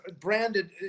branded